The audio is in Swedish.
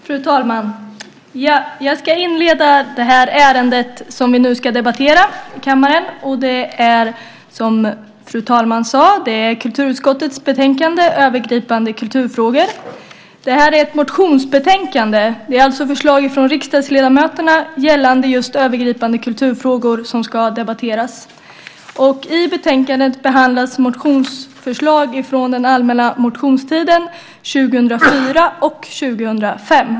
Fru talman! Jag ska inleda det ärende som vi nu ska debattera i kammaren. Det är, som fru talman sade, kulturutskottets betänkande Övergripande kulturfrågor . Detta är ett motionsbetänkande. Det är alltså förslag från riksdagsledamöterna gällande just övergripande kulturfrågor som ska debatteras. I betänkandet behandlas motionsförslag från den allmänna motionstiden 2004 och 2005.